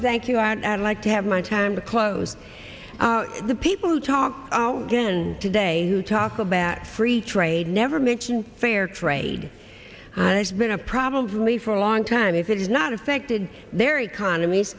thank you and like to have my time to close the people who talk again today who talk about free trade never mention fair trade has been a probably for a long time if it has not affected their economies